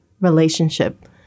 relationship